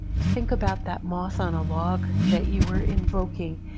think about that moss on a log that you were invoking.